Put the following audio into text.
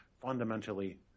fundamentally